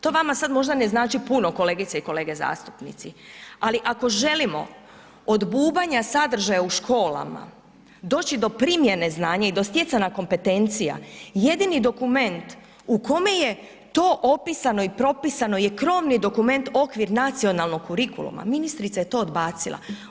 To vama sad možda ne znači puno kolegice i kolege zastupnici ali ako želimo od bubanja sadržaja u školama doći do primjene znanja i do stjecanja kompetencija, jedini dokument u kome je to opisano i propisano je krovni dokument okvir nacionalnog kurikuluma, ministrica je to odbacila.